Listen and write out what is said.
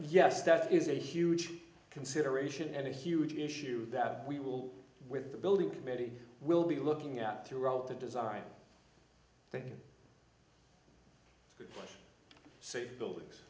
yes that is a huge consideration and a huge issue that we will with the building committee will be looking at throughout the design that you can see building